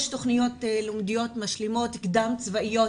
יש תוכניות יהודיות משלימות קדם-צבאיות,